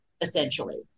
essentially